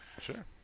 Sure